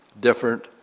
different